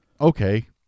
okay